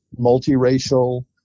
multiracial